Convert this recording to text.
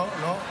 לא?